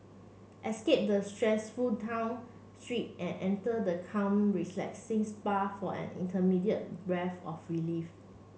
escape the stressful town street and enter the calm relaxing spa for an immediate breath of relief